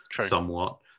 somewhat